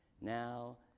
Now